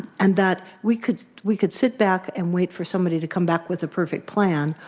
and that we could we could sit back and wait for somebody to come back with the perfect plan,